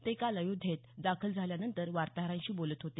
ते काल अयोध्येत दाखल झाल्यानंतर वार्ताहरांशी बोलत होते